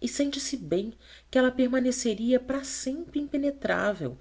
e sente-se bem que ela permaneceria para sempre impenetrável